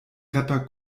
rapper